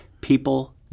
people